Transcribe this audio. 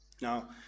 Now